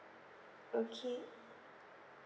okay